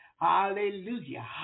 Hallelujah